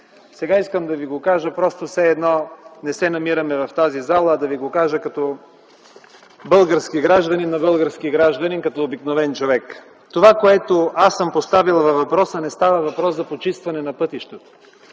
Сега искам да Ви го кажа все едно, че не се намираме в тази зала, а да Ви го кажа като български гражданин на български гражданин, като обикновен човек. Това, което аз съм поставил във въпроса, не е за почистване на пътищата